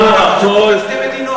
שאיראן